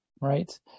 right